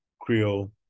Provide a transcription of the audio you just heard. Creole